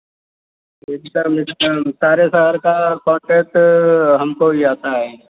जी sir सारे शहर का कॉन्टैक्ट हमको ही आता है